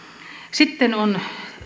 sitten on